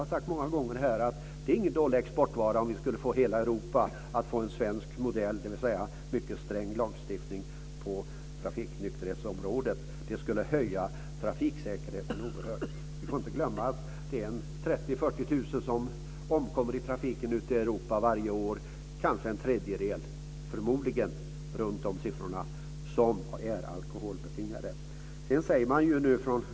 Fortsätt att driva den svenska modellen! Den är ingen dålig exportvara. Tänk om vi skulle få en svensk modell med mycket sträng lagstiftning på trafiknykterhetsområdet i hela Europa. Det skulle höja trafiksäkerheten oerhört mycket. Vi får inte glömma att 30 000-40 000 människor omkommer i trafiken i Europa varje år. Förmodligen är omkring en tredjedel av olyckorna alkoholbetingade.